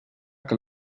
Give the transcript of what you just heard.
que